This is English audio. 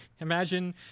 Imagine